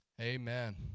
amen